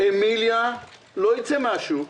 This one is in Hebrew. אמיליה לא ייצא מן השוק,